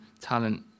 talent